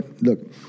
look